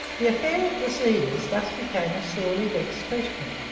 the affair at the cedars thus became a sorely vexed question.